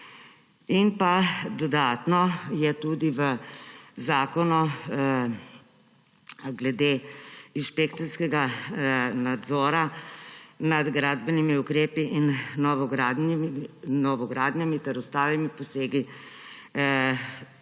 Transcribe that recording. Dodatno so tudi v zakonu glede inšpekcijskega nadzora nad gradbenimi ukrepi in novogradnjami ter ostalimi posegi